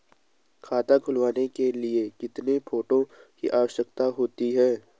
खाता खुलवाने के लिए कितने फोटो की आवश्यकता होती है?